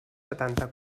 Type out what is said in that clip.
setanta